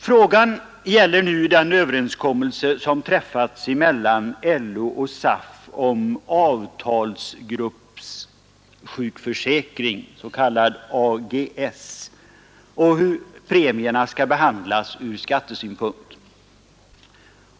Frågan gäller nu den överenskommelse som träffats mellan LO och SAF om ”avtalsgruppsjukförsäkring”, AGS, och hur premierna skall behandlas ur skattesynpunkt.